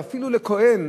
ואפילו לכוהן,